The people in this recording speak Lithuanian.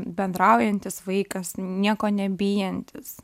bendraujantis vaikas nieko nebijantis